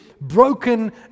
broken